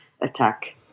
attack